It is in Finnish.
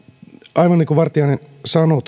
aivan niin kuin vartiainen sanoi